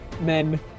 Men